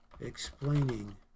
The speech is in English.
Explaining